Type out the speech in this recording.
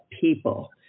people